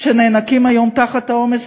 שנאנקים היום תחת העומס,